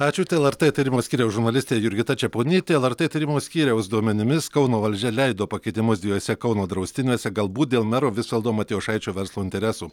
ačiū tai lrt tyrimo skyriaus žurnalistė jurgita čeponytė lrt tyrimo skyriaus duomenimis kauno valdžia leido pakeitimus dviejuose kauno draustiniuose galbūt dėl mero visvaldo matijošaičio verslo interesų